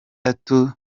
itabi